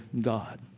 God